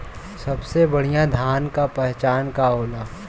सबसे बढ़ियां धान का पहचान का होला?